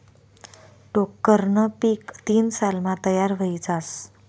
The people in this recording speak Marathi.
टोक्करनं पीक तीन सालमा तयार व्हयी जास